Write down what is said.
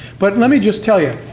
but let me just tell you,